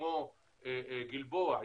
כמו גלבוע,